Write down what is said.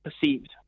perceived